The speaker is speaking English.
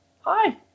Hi